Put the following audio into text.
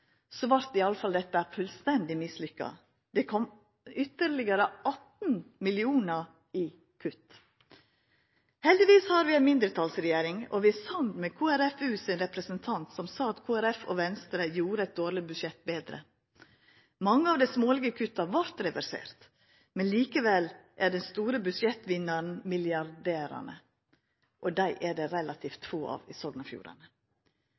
så store kutt no. Dersom det er slik at Framstegspartiet og Høgre i fylket jobbar for å betra vilkåra for innbyggjarane, vart i alle fall dette fullstendig mislykka. Det kom ytterlegare 18 mill. kr i kutt. Heldigvis har vi ei mindretalsregjering, og vi er samde med KrFUs representant, som sa at Kristeleg Folkeparti og Venstre gjorde eit dårleg budsjett betre. Mange av dei smålege kutta vart reverserte, men likevel er